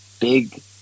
big